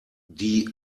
die